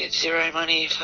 and zero money